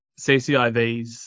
CCIVs